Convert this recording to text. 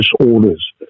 disorders